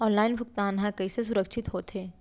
Online भुगतान हा कइसे सुरक्षित होथे?